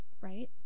right